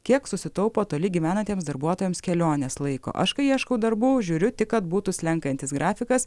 kiek susitaupo toli gyvenantiems darbuotojams kelionės laiko aš kai ieškau darbų žiūriu tik kad būtų slenkantis grafikas